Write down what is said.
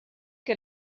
que